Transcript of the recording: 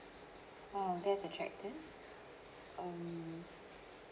oh that's attractive um